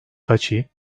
taçi